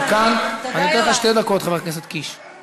אני נותן לך שתי דקות, חבר הכנסת קיש.